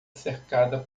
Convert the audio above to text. cercada